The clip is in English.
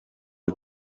all